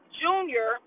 junior